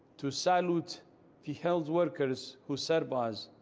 to salute the health workers who serve us,